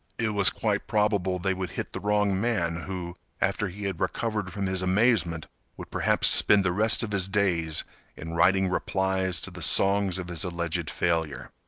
it was quite probable they would hit the wrong man who, after he had recovered from his amazement would perhaps spend the rest of his days in writing replies to the songs of his alleged failure.